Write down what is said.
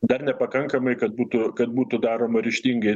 dar nepakankamai kad būtų kad būtų daroma ryžtingai